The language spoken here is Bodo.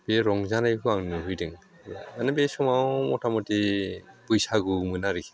बे रंजानायखौ आं नुहैदों माने बे समाव मथा मथि बैसागुमोन आरोखि